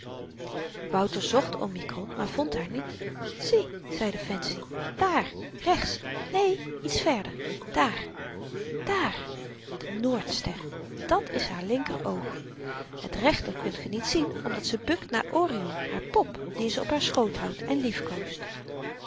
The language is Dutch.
wouter zocht omikron maar vond haar niet zie zeide fancy dààr rechts neen iets verder dààr dààr de noordster dat is haar linkeroog het rechter kunt ge niet zien omdat ze bukt naar orion haar pop dien ze op haar schoot houdt en